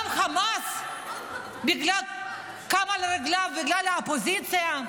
גם חמאס קם על רגליו בגלל האופוזיציה?